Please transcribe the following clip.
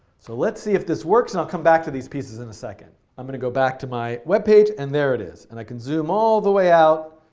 so let's see if this works. and i'll come back to these pieces in a second. i'm going to go back to my web page. and there it is. and i can zoom all the way out.